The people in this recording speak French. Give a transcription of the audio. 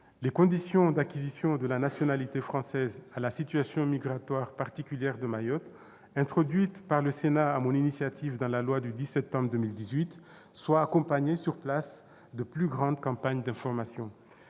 les conditions d'acquisition de la nationalité française à la situation migratoire particulière de Mayotte, introduites par le Sénat sur mon initiative dans la loi du 10 septembre 2018, soient accompagnées sur place de plus larges campagnes d'information.